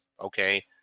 okay